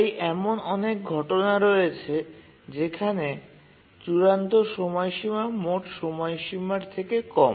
তাই এমন অনেক ঘটনা রয়েছে যেখানে চূড়ান্ত সময়সীমা মোট সময়সীমার থেকে কম